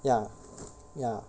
ya ya